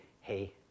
hey